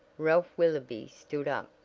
ralph willoby stood up.